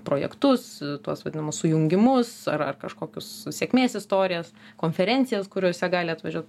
projektus tuos vadinamus sujungimus ar ar kažkokius sėkmės istorijas konferencijas kuriose gali atvažiuot